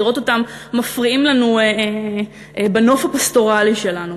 לראות אותם מפריעים לנו בנוף הפסטורלי שלנו.